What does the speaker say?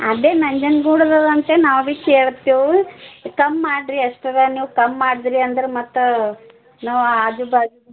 ಅದೆ ನಂಜನ್ಗೂಡದವು ಅಂತೇಳಿ ನಾವು ಭಿ ಕೇಳ್ತೆವು ಕಮ್ ಮಾಡಿರಿ ಅಷ್ಟರಾ ನೀವು ಕಮ್ ಮಾಡಿದ್ರಿ ಅಂದ್ರೆ ಮತ್ತು ನಾವು ಆಜು ಬಾಜು